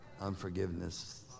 unforgiveness